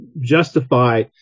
justify